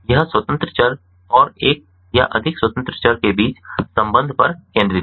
यह स्वतंत्र चर और एक या अधिक स्वतंत्र चर के बीच संबंध पर केंद्रित है